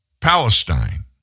Palestine